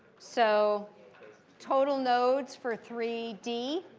so total nodes for three d,